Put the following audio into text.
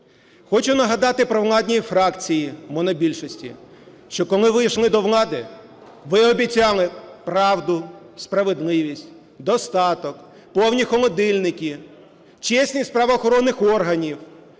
Хочу нагадати провладній фракції монобільшості, що коли ви йшли до влади, ви обіцяли правду, справедливість, достаток, повні холодильники, чесність правоохоронних органів,